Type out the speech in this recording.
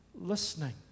listening